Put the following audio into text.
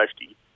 safety